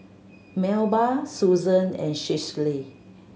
Melba Susan and Schley